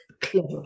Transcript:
clever